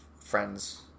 friends